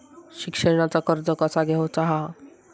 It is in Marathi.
शिक्षणाचा कर्ज कसा घेऊचा हा?